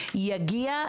יגיע,